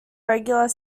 regular